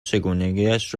چگونگیاش